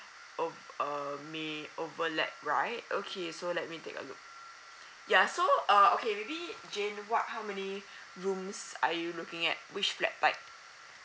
ov~ um may overlap right okay so let me take a look ya so uh okay maybe jane what how many rooms are you looking at which flat type